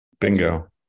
Bingo